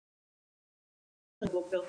הם אפילו מוכנים לחכות לבוקר,